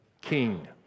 king